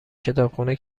کتابخونه